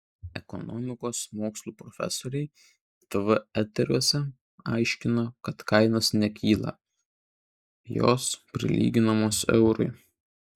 ekonomikos mokslų profesoriai tv eteriuose aiškina kad kainos nekyla jos prilyginamos eurui